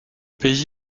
pays